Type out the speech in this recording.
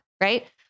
right